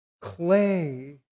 Clay